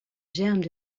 germes